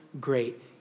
great